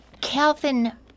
Calvin